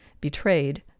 Betrayed